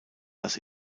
das